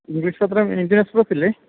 English പത്രം Indian എക്സ്പ്രസില്ലെ